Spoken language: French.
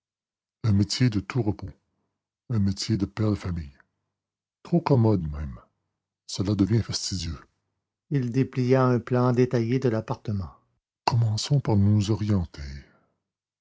un métier de tout repos un métier de père de famille trop commode même cela devient fastidieux il déplia un plan détaillé de l'appartement commençons par nous orienter